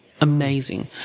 amazing